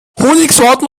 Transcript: honigsorten